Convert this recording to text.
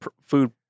food